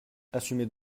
assumez